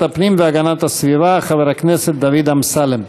הפנים והגנת הסביבה חבר הכנסת דוד אמסלם.